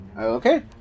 Okay